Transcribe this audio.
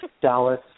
Dallas